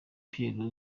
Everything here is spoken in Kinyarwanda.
pierre